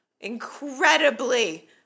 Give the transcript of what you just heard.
incredibly